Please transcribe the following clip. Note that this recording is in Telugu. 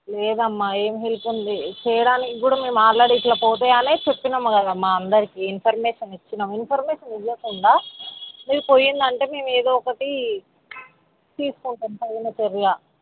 లేదమ్మా ఏం హెల్ప్ ఉంది చేయడానికి కూడా మేము ఆల్రెడీ ఇట్లా పోతాయనే చెప్తున్నాము కదమ్మా అందరికీ ఇన్ఫర్మేషన్ ఇచ్చినమూ ఇన్ఫర్మేషన్ ఇయ్యకుండా మీరు పోయింది అంటే మేము ఏదో ఒకటి తీసుకుంటాము తగిన చర్య